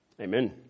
Amen